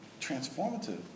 Transformative